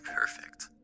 Perfect